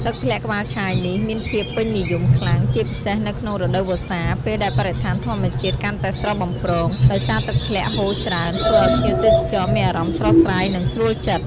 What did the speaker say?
ទឹកធ្លាក់ក្បាលឆាយនេះ មានភាពពេញនិយមខ្លាំង ជាពិសេសនៅក្នុងរដូវវស្សា ពេលដែលបរិស្ថានធម្មជាតិកាន់តែស្រស់បំព្រង ដោយសារទឹកធ្លាក់ហូរច្រេីន ធ្វើឲ្យភ្ញៀវទេសចរមានអារម្មណ៍ស្រស់ស្រាយ និងស្រួលចិត្ត។